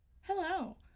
Hello